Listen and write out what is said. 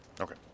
Okay